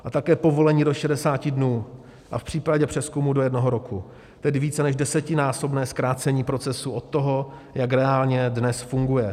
A také povolení do 60 dnů a v případě přezkumu do jednoho roku, tedy více než desetinásobné zkrácení procesu od toho, jak reálně dnes funguje.